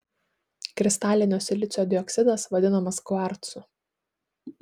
kristalinio silicio dioksidas vadinamas kvarcu